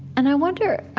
and i wonder,